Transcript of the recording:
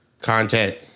content